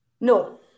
No